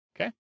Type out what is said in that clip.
Okay